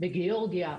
בגיא ורגיה,